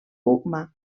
humà